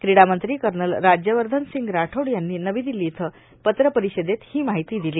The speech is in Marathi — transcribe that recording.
क्रिडामंत्री कर्नल राज्यवर्धन सिंग राठोड यांनी नवी दिल्ली इथं पत्रपरिषदेत ही माहिती दिली